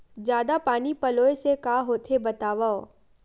जादा पानी पलोय से का होथे बतावव?